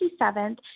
27th